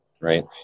right